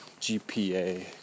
GPA